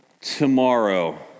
tomorrow